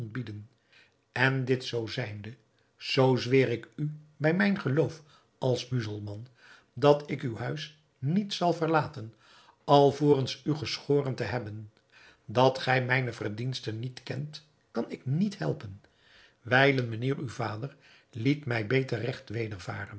ontbieden en dit zoo zijnde zoo zweer ik u bij mijn geloof als muzelman dat ik uw huis niet zal verlaten alvorens u geschoren te hebben dat gij mijne verdiensten niet kent kan ik niet helpen wijlen mijnheer uw vader liet mij beter regt wedervaren